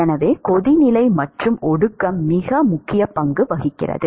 எனவே கொதிநிலை மற்றும் ஒடுக்கம் மிக முக்கிய பங்கு வகிக்கிறது